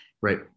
Right